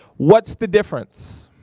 what's the difference?